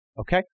Okay